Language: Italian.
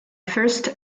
first